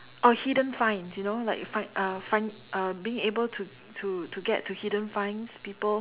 oh hidden finds you know like find uh find uh being able to to to get to hidden finds people